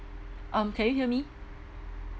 um can you hear me